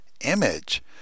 image